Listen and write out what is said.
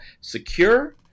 secure